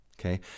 Okay